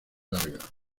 larga